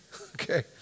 Okay